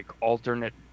alternate